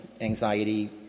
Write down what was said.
anxiety